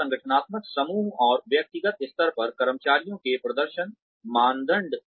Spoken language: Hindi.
और संगठनात्मक समूह और व्यक्तिगत स्तर पर कर्मचारियों के प्रदर्शन मानदंड